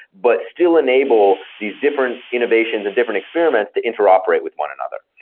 but still enable these different innovations and different experiments to interoperate with one another.